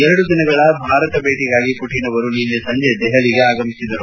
ಎರಡು ದಿನಗಳ ಭಾರತ ಭೇಟಿಗಾಗಿ ಪುಟಿನ್ ಅವರು ನಿನ್ನೆ ಸಂಜೆ ನವದೆಹಲಿಗೆ ಆಗಮಿಸಿದರು